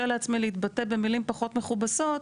לעצמי להתבטא במילים פחות מכובסות.